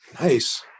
nice